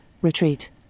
retreat